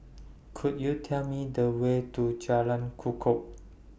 Could YOU Tell Me The Way to Jalan Kukoh